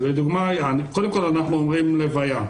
קודם כל אנחנו אומרים לוויה.